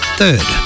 third